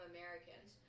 Americans